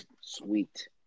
Sweet